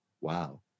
wow